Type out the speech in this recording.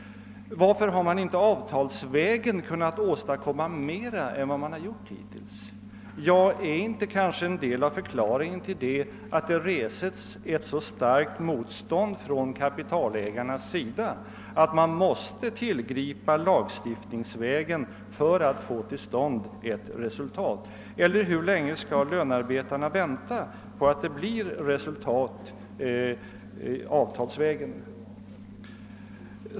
Är det inte en del av förklaringen att det reses ett så starkt motstånd från kapitalägarnas sida att man måste tillgripa lagstiftningsvägen för att få ett resultat? Hur länge skall lönearbetarna annars vänta på att det blir resultat avtalsvägen?